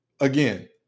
Again